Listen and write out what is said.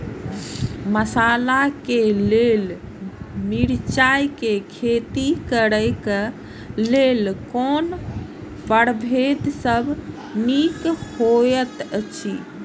मसाला के लेल मिरचाई के खेती करे क लेल कोन परभेद सब निक होयत अछि?